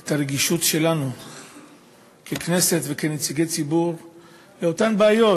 את הרגישות שלנו ככנסת וכנציגי ציבור באותן בעיות,